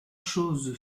chose